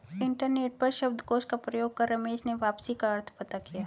internet पर शब्दकोश का प्रयोग कर रमेश ने वापसी का अर्थ पता किया